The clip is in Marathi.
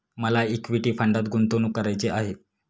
मला इक्विटी फंडात गुंतवणूक करायची आहे